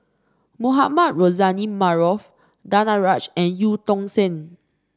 Mohamed Rozani Maarof Danaraj and Eu Tong Sen